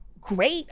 great